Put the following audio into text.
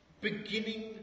beginning